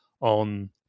on